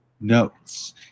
notes